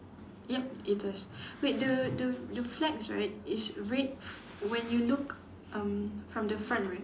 yup it is wait the the the flag right is red when you look um from the front right